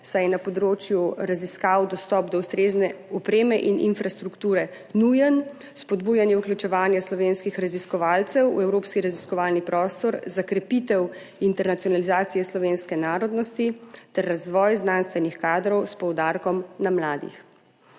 saj je na področju raziskav dostop do ustrezne opreme in infrastrukture nujen, spodbujanje vključevanja slovenskih raziskovalcev v Evropski raziskovalni prostor za krepitev internacionalizacije slovenske narodnosti ter razvoj znanstvenih kadrov s poudarkom na mladih.